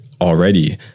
already